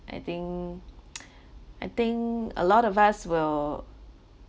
I think I think a lot of us will